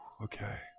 okay